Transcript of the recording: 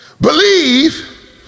Believe